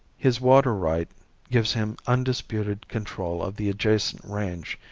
his water right gives him undisputed control of the adjacent range,